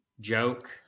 joke